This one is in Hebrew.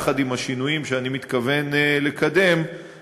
יחד עם השינויים שאני מתכוון לקדם,